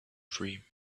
dream